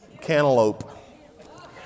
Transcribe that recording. cantaloupe